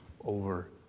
over